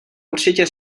určitě